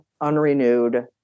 unrenewed